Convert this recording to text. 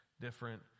different